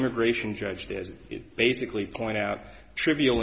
immigration judge has it basically point out trivial